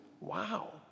Wow